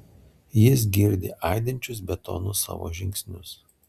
jis girdi aidinčius betonu savo žingsnius